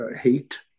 hate